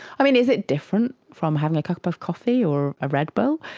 i mean, is it different from having a cup of coffee or a red bull?